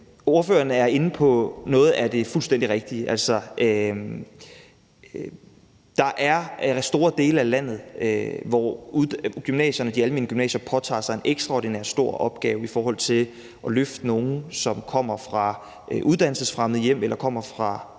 Ordføreren er inde på noget af det fuldstændig rigtige. Altså, der er store dele af landet, hvor de almene gymnasier påtager sig en ekstraordinært stor opgave i forhold til at løfte nogle, som kommer fra uddannelsesfremmede hjem eller kommer fra